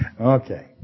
Okay